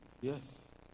Yes